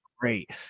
great